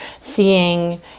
seeing